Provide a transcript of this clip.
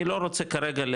אני לא רוצה כרגע,